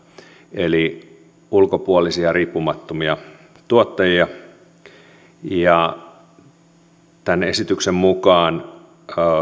eli ulkopuolisia riippumattomia tuottajia tämän esityksen mukaan